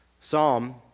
Psalm